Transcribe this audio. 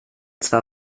zwar